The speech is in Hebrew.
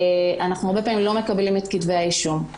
הרבה פעמים אנחנו לא מקבלים את כתבי האישום.